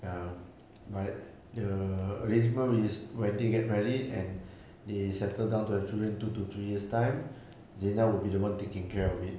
ya but the arrangement is where do you get married and they settled down to have children two to three years time zina would be the one taking care of it